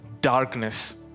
darkness